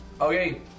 Okay